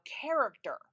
character